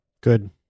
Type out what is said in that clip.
Good